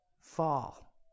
fall